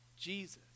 Jesus